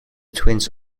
twins